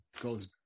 goes